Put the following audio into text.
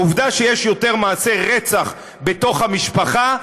העובדה שיש יותר מעשי רצח בתוך המשפחה,